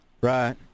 Right